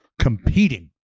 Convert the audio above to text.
competing